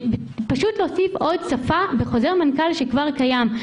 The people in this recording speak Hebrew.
פשוט להוסיף עוד שפה בחוזר מנכ"ל שכבר קיים.